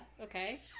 Okay